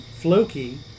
Floki